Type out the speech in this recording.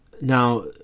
now